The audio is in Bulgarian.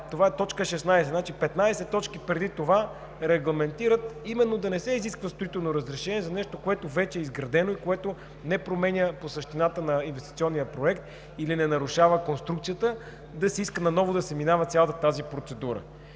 това е т. 16, значи 15 точки преди това регламентират именно да не се изисква строително разрешение за нещо, което вече е изградено и което не променя същината на инвестиционния проект или не нарушава конструкцията, да се иска наново да се минава цялата тази процедура.